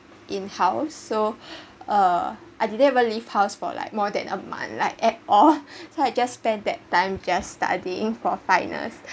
in house so uh I didn’t ever leave house for like more than a month like at all so I just spent that time just studying for finals